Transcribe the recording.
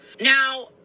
Now